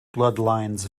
bloodlines